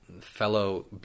fellow